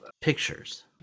Pictures